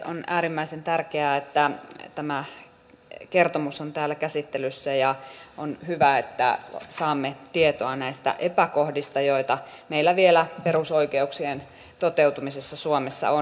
on äärimmäisen tärkeää että tämä kertomus on täällä käsittelyssä ja on hyvä että saamme tietoa näistä epäkohdista joita meillä vielä perusoikeuksien toteutumisessa suomessa on